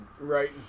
Right